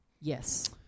Yes